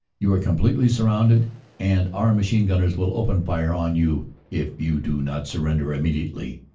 you are completely surrounded and our machine-gunners will open fire on you if you do not surrender immediately.